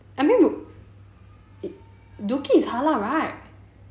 I mean like dooki is halal right